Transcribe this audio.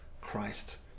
Christ